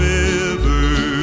river